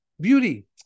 beauty